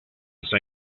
san